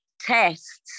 tests